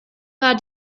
war